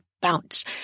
bounce